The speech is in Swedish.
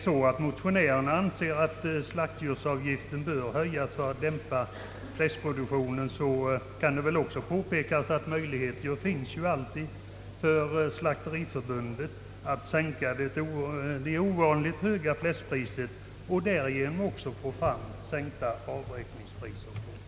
Anser motionärerna att slaktdjursavgiften bör höjas för att dämpa fläskproduktionen, bör det väl också kunna påpekas att möjligheten finns för Slakteriförbundet att sänka det synnerligen höga fläskpriset och därigenom får man fram sänkta avräkningspriser beträffande svin.